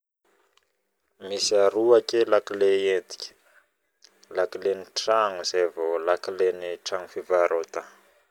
Misy aroa ake lakle n tragno zay vao lakle n tragno fivarotagna